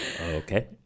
Okay